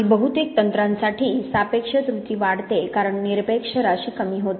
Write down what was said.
आणि बहुतेक तंत्रांसाठी सापेक्ष त्रुटी वाढते कारण निरपेक्ष राशी कमी होते